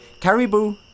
Caribou